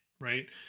right